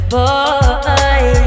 Boy